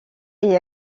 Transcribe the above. est